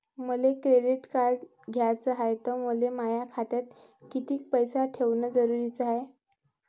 मले credit card घ्याचं हाय, त मले माया खात्यात कितीक पैसे ठेवणं जरुरीच हाय?